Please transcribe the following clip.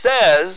says